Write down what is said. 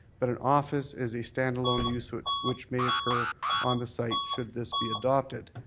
but an office is a stand-alone use which which may occur on the site should this be adopted.